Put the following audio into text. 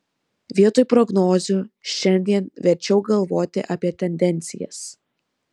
vietoj prognozių šiandien verčiau galvoti apie tendencijas